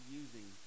using